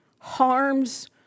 harms